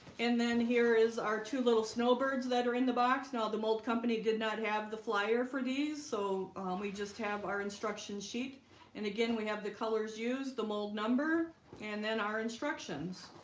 and then here is our two little snowbirds that are in the box now the mold company did not have the flyer for these so we just have our instruction sheet and again, we have the colors used the mold number and then our instructions